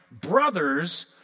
brother's